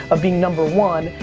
of being number one,